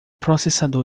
processador